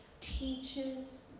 teaches